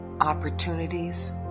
opportunities